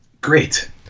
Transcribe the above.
great